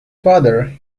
father